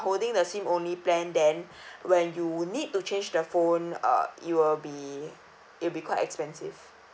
holding the SIM only plan then when you would need to change the phone uh it will be it will be quite expensive